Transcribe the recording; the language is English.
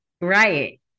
Right